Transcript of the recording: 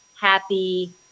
happy